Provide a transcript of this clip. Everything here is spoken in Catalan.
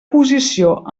posició